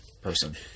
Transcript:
person